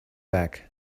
back